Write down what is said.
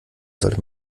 sollte